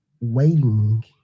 waiting